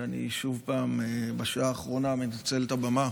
ושוב פעם בשעה האחרונה אני מנצל את הבמה